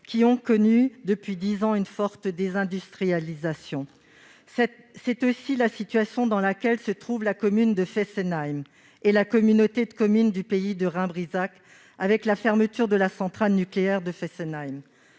qui ont connu depuis dix ans une forte désindustrialisation. C'est aussi la situation dans laquelle se trouvent la commune de Fessenheim et la communauté de communes Pays Rhin-Brisach, avec la fermeture de la centrale nucléaire de Fessenheim.